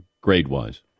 grade-wise